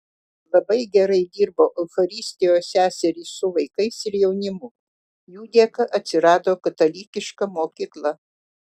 labai gerai dirbo eucharistijos seserys su vaikais ir jaunimu jų dėka atsirado katalikiška mokykla